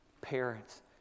parents